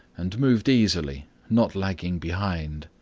and moved easily, not lagging behind.